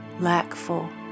lackful